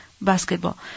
basketball